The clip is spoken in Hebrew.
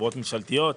חברות ממשלתיות,